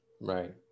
right